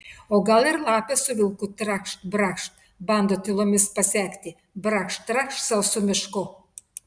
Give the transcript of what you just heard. o gal ir lapė su vilku trakšt brakšt bando tylomis pasekti brakšt trakšt sausu mišku